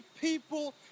people